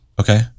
Okay